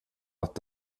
att